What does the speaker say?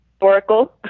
Oracle